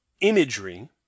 imagery